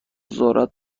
ذرت